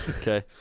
Okay